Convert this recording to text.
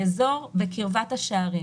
באזור בקרבת השערים.